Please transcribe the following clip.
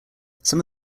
some